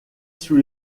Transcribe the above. sous